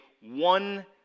one